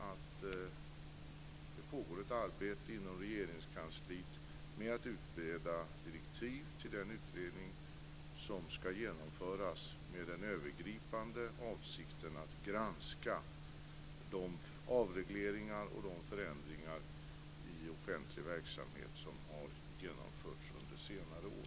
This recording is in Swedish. Det pågår ett arbete inom Regeringskansliet med att bereda direktiv till den utredning som ska genomföras med den övergripande avsikten att granska de avregleringar och de förändringar i offentlig verksamhet som har genomförts under senare år.